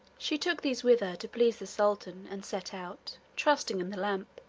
she took these with her to please the sultan, and set out, trusting in the lamp.